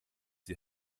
die